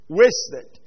wasted